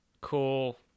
cool